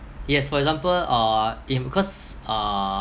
yes for example uh in because uh